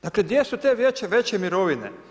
Dakle, gdje su te veće mirovine?